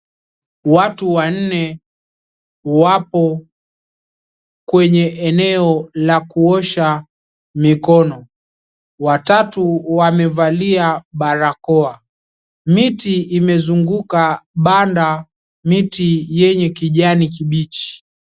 Watu wanne wapo kwenye eneo la kuosha mikono. Watatu wamevalia barakoa. Miti imezunguka banda, miti yenye kijani kibichi.